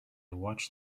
watched